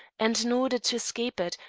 and in order to escape it,